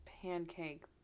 pancake